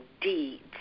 deeds